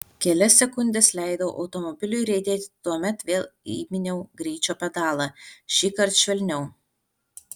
kelias sekundes leidau automobiliui riedėti tuomet vėl įminiau greičio pedalą šįkart švelniau